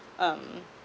um